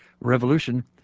revolution